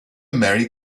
merry